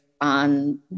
on